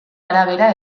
arabera